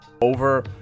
over